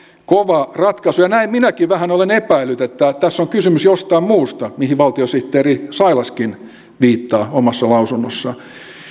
kova ratkaisu näin minäkin vähän olen epäillyt että että tässä on kysymys jostain muusta mihin valtiosihteeri sailaskin viittaa omassa lausunnossaan